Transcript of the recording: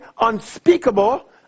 unspeakable